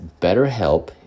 betterhelp